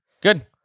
Good